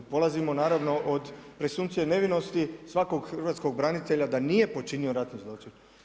Polazimo naravno od prisunkcije nevinosti svakog hrvatskog branitelja, da nije počinio ratni zločin.